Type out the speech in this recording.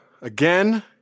again